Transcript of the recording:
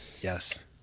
Yes